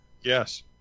Yes